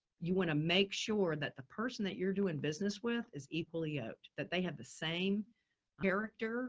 you want to make sure that the person that you're doing business with is equally out, that they have the same character